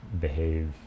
behave